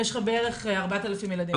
יש בערך 4,000 ילדים.